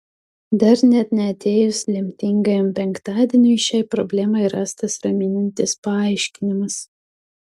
dar net neatėjus lemtingajam penktadieniui šiai problemai rastas raminantis paaiškinimas